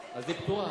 500,000 שקל.